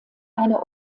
eine